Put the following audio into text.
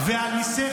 "ועל ניסיך,